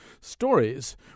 stories